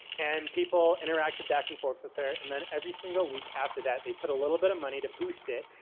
and people interacted back-and-forth with her. and then every single week after that they put a little bit of money to boost it.